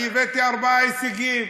אני הבאתי ארבעה הישגים.